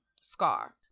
Scar